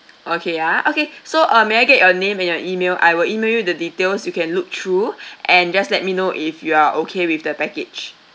okay ah okay so uh may I get your name and your email I will email you the details you can look through and just let me know if you are okay with the package